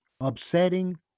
upsetting